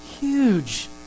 huge